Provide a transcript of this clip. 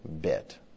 bit